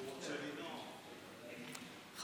זו אותה תוכנית שהוצע שם לשרוף את התנ"ך,